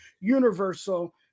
Universal